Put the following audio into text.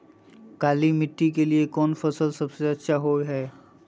काली मिट्टी के लिए कौन फसल सब से अच्छा होबो हाय?